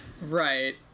right